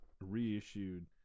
reissued